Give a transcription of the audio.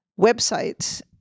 websites